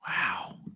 Wow